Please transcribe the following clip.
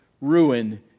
ruin